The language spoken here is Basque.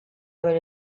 bere